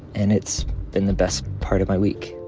and it's been the best part of my week